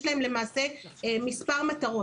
יש להם למעשה מספר מטרות.